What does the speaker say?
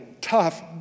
tough